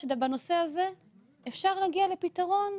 שבנושא הזה אפשר להגיע לפתרון.